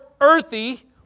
earthy